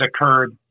occurred